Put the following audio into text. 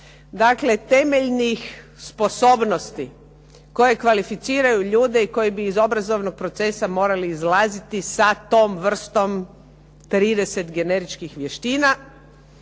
dakle temeljnih sposobnosti koji kvalificiraju ljude i koji bi iz obrazovnog procesa morali izlaziti sa tom vrstom 30 generičkih vještina.